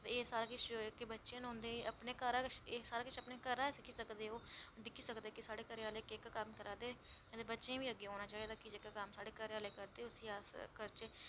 ते एह् सारा किश जेह्के बच्चे न उंदे अपने घर शा एह् सारा किश अपने घरां सिक्खी सकदे ओह् दिक्खी सकदे कि साढ़े घरै आह्ले केह्का कम्म करा दे अदे बच्चें ई बी अग्गै औना चाहिदा जेह्का कम्म साढ़े घरै आह्ले करदे ते उसी अस करचै